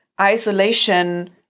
isolation